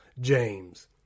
James